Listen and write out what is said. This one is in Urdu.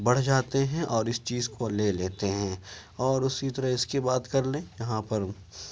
بڑھ جاتے ہیں اور اس چیز کو لے لیتے ہیں اور اسی طرح اس کے بات کر لیں یہاں پر